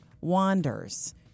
wanders